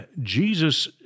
Jesus